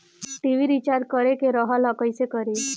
TV recharge करे के रहल ह कइसे करी?